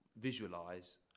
visualize